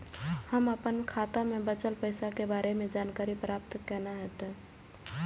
हम अपन खाता में बचल पैसा के बारे में जानकारी प्राप्त केना हैत?